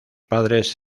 padres